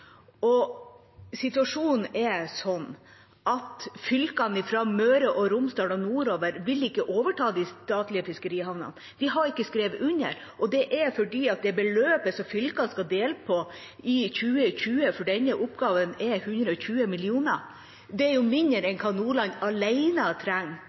innlegg. Situasjonen er den at fylkene fra Møre og Romsdal og nordover ikke vil overta de statlige fiskerihavnene. De har ikke skrevet under, og det er fordi det beløpet som fylkene skal dele på for denne oppgaven i 2020, er 120 mill. kr. Det er mindre enn hva Nordland trenger